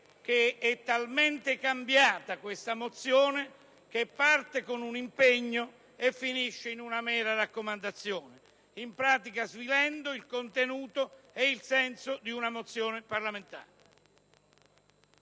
che è talmente cambiata che parte con un impegno e finisce in una mera raccomandazione; in pratica, svilendo il contenuto e il senso di una mozione parlamentare.